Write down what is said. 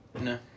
No